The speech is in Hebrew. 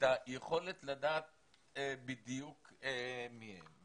היכולת לדעת בדיוק מי הם.